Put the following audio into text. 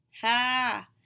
Ha